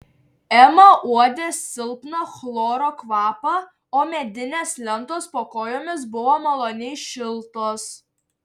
ema uodė silpną chloro kvapą o medinės lentos po kojomis buvo maloniai šiltos